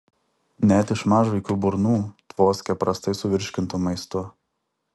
net iš mažvaikių burnų tvoskia prastai suvirškintu maistu